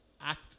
act